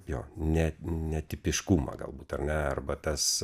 jo ne netipiškumą galbūt ar ne arba tas